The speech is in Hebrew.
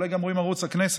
ואולי רואים גם את ערוץ הכנסת: